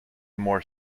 more